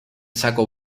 saco